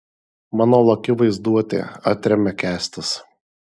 mano laki vaizduotė atremia kęstas